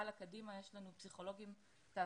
והלאה קדימה יש לנו פסיכולוגים תעסוקתיים,